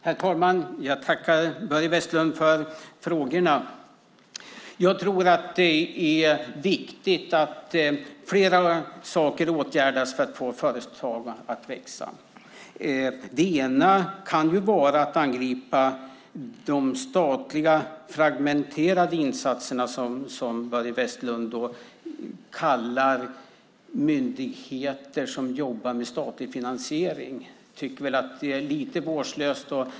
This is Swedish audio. Herr talman! Jag tackar Börje Vestlund för frågorna. Det är viktigt att flera saker åtgärdas för att få företagen att växa. En sak kan vara att angripa de statliga fragmenterade insatserna som Börje Vestlund kallar myndigheter som jobbar med statlig finansiering. Jag tycker väl att det är lite vårdslöst.